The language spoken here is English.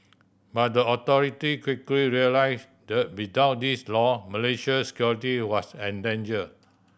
but the authority quickly realised that without this law Malaysia's security was endangered